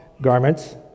garments